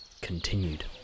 continued